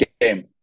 game